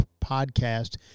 podcast